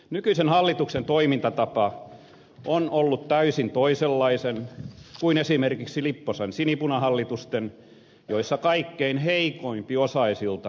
nykyisen hallituksen toimintatapa on ollut täysin toisenlainen kuin esimerkiksi lipposen sinipunahallitusten joissa kaikkein heikompiosaisilta leikattiin etuuksia